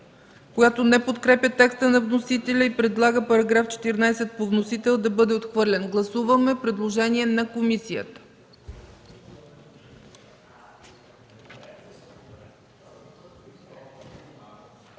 която не подкрепя текста на вносителя и предлага § 14 по вносител да бъде отхвърлен. Гласуваме предложение на комисията.